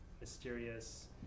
mysterious